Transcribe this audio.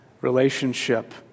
relationship